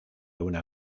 una